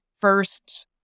first